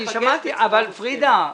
אני שמעתי אבל פרידה,